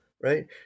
Right